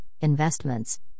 Investments